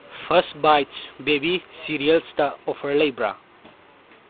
ꯐꯥꯁ bite baby ꯁꯤꯔꯤꯌꯦꯜꯇ offer ꯂꯩꯕ꯭ꯔ